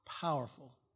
powerful